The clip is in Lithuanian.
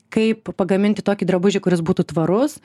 kaip pagaminti tokį drabužį kuris būtų tvarus